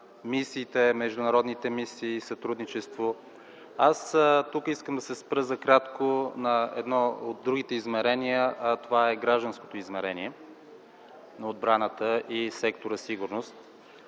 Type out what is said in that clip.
се за международните мисии и сътрудничество. Тук искам да се спра за кратко на едно от другите измерения, а това е гражданското измерение на отбраната и сектора „Сигурност”.